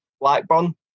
Blackburn